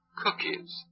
cookies